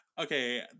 Okay